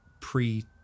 pre